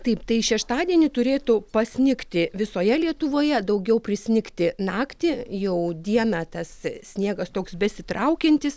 taip tai šeštadienį turėtų pasnigti visoje lietuvoje daugiau prisnigti naktį jau dieną tas sniegas toks besitraukiantis